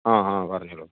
ആ ഹ് പറഞ്ഞോളു